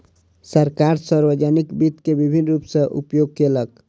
सरकार, सार्वजानिक वित्त के विभिन्न रूप सॅ उपयोग केलक